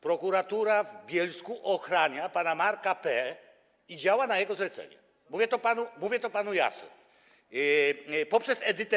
Prokuratura w Bielsku ochrania pana Marka P. i działa na jego zlecenie - mówię to panu, mówię to panu jasno - poprzez Edytę P.